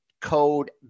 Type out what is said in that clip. code